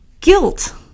Guilt